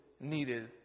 needed